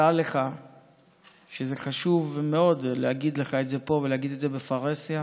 דע לך שזה חשוב מאוד להגיד לך את זה פה ולהגיד את זה בפרהסיה: